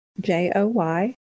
J-O-Y